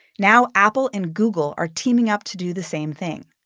now apple and google are teaming up to do the same thing.